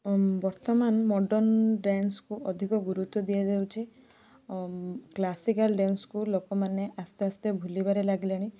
ବର୍ତ୍ତମାନ ମଡ଼ର୍ଣ୍ଣ ଡ୍ୟାନ୍ସକୁ ଅଧିକ ଗୁରୁତ୍ୱ ଦିଆଯାଉଛି କ୍ଲାସିକାଲ ଡ୍ୟାନ୍ସକୁ ଲୋକମାନେ ଆସ୍ତେ ଆସ୍ତେ ଭୁଲିବାରେ ଲାଗିଲେଣି